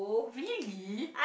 really